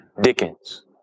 Dickens